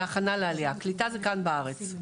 להכנה לעלייה, קליטה זה כאן בארץ.